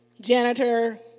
janitor